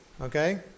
okay